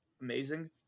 amazing